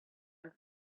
and